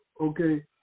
okay